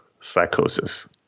psychosis